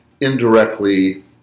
indirectly